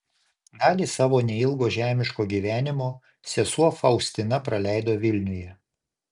dalį savo neilgo žemiško gyvenimo sesuo faustina praleido vilniuje